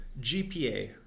gpa